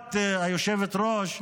משפט אחד, היושבת-ראש.